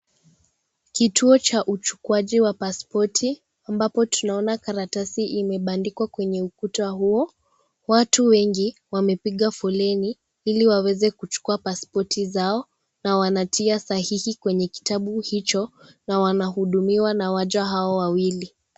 Kituo cha uchukuaji wa paspoti, ambapo tunaona karatasi imebandikwa kwenye ukuta huo. Watu wengi wamepiga foleni, ili waweze kuchukua paspoti zao na wanatia sahihi kwenye kitabu hicho na wanahudumiwa na waja hao wawili.